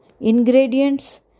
Ingredients